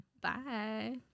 Bye